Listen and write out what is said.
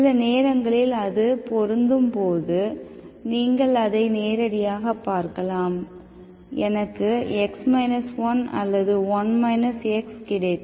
சில நேரங்களில் அது பொருந்தும் போது நீங்கள் அதை நேரடியாகப் பார்க்கலாம் எனக்கு x 1 அல்லது 1 x கிடைக்கும்